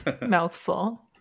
Mouthful